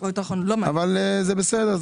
אבל זה בסדר.